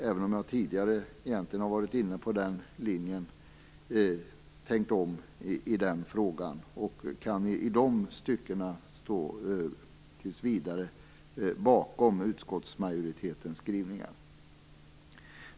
Även om jag tidigare har varit inne på den linjen har jag tänkt om i den frågan och kan i de styckena tills vidare stå bakom utskottsmajoritetens skrivningar.